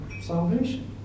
salvation